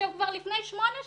כבר לפני שמונה שנים,